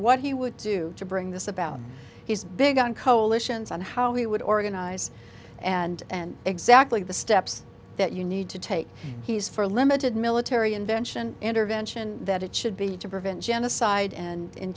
what he would do to bring this about he's big on coalitions on how he would organize and and exactly the steps that you need to take he's for a limited military invention intervention that it should be to prevent genocide and in